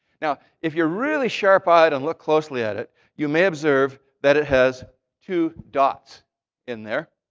now, if you're really sharp-eyed and look closely at it, you may observe that it has two dots in there.